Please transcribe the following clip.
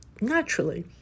naturally